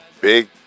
big